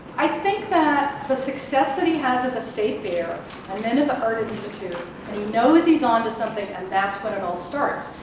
i think that the success that he has at the state fair and then at the art institute, and he knows he's onto something and that's when it all starts.